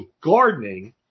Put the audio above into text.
gardening